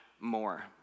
more